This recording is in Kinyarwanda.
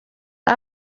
com